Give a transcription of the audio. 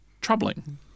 troubling